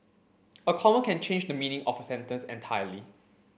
a comma can change the meaning of a sentence entirely